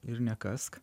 ir nekask